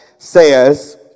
says